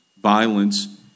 violence